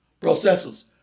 processors